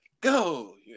Go